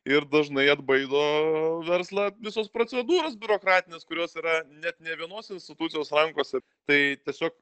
ir dažnai atbaido verslą visos procedūros biurokratinės kurios yra net ne vienos institucijos rankose tai tiesiog